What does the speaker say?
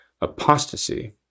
apostasy